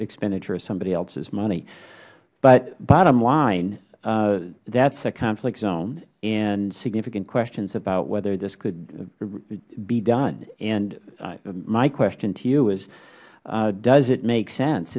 expenditure of somebody elses money but bottom line that is a conflict zone and significant questions about whether this could be done and my question to you is does it make sense